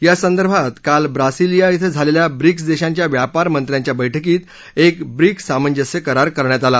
या संदर्भात काल ब्रासिलिया श्रि झालेल्या ब्रिक्स देशांच्या व्यापार मंत्र्यांच्या बैठकीत एक ब्रिक्स सामंजस्य करार करण्यात आला